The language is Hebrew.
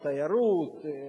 תיירות,